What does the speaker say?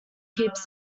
keeps